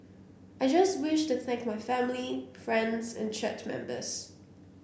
I just wish to thank my family friends and church members